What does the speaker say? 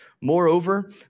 Moreover